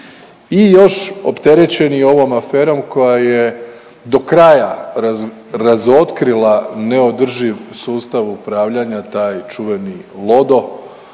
i još opterećeni ovom aferom koja je dokraja razotkrila neodrživ sustav upravljanja taj čuveni lodo